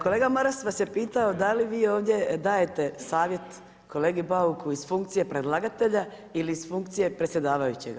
Kolega Maras vas je pitao da li vi ovdje dajete savjet kolegi Bauku iz funkcije predlagatelja ili iz funkcije predsjedavajućega.